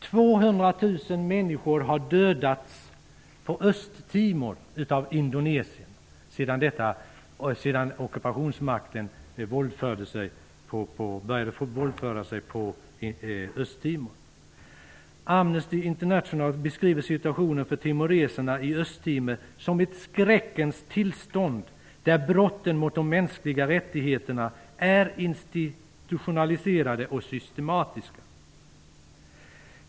200 000 människor har dödats på Östtimor av Indonesien sedan ockupationsmakten började våldföra sig på folket på Östtimor. Amnesty International beskriver situationen för timoreserna på Östtimor som ett skräckens tillstånd, där brotten mot de mänskliga rättigheterna är institutionaliserade och systematiska.